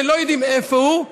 שלא יודעים איפה הוא,